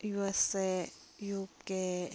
USA UK